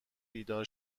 بیدار